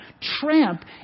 tramp